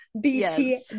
BT